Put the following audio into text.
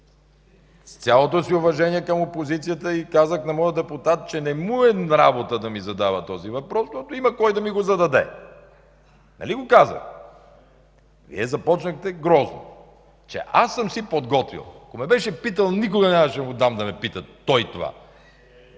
с цялото ми уважение към опозицията. Казах на моя депутат, че не му е работа да ми задава този въпрос, защото има кой да ми го зададе. Нали го казах? Но Вие започнахте грозно, че аз съм си подготвил. Ако ме беше питал, никога нямаше да му дам той да ме пита това.